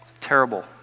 Terrible